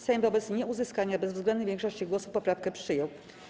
Sejm wobec nieuzyskania bezwzględnej większości głosów poprawkę przyjął.